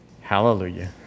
Hallelujah